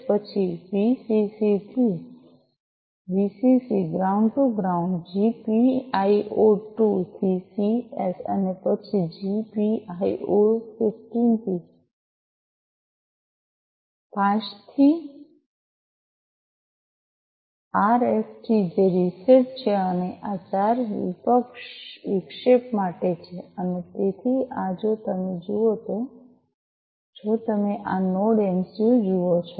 પછી વીસીસી થી VCC ground to ground થી જીપીઆઈઑ ૨ થી સીએસ અને પછી જીપીઆઈઑ ૧૫ 5 થી આએસટી જે રીસેટ છે અને 4 આ વિક્ષેપ માટે છે અને તેથી આ જો તમે જુઓ જો તમે આ નોડએમસીયુ જુઓ છો